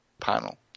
panel